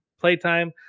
playtime